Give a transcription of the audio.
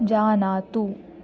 जानातु